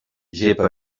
gepa